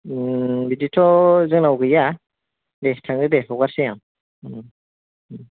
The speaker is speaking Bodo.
ओं बिदिथ' जोंनाव गैया दे थांदो दे हगारसै आं